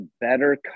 better